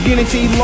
Unity